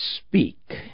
Speak